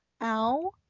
Ow